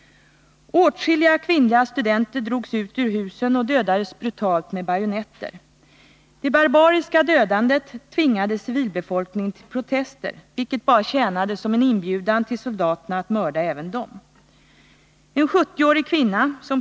Åtskilliga kvinnliga studenter drogs ut ur husen och dödades brutalt med bajonetter. Det barbariska dödandet tvingade civilbefolkningen till protester, vilket bara tjänade som en inbjudan till soldaterna att mörda även dem.